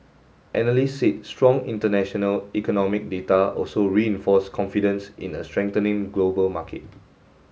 analysts said strong international economic data also reinforced confidence in a strengthening global market